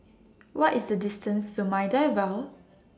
What IS The distance to Maida Vale